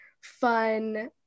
fun